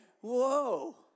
whoa